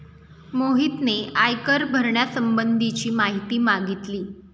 मोहितने आयकर भरण्यासंबंधीची माहिती मागितली